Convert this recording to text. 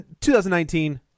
2019